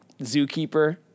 zookeeper